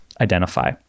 identify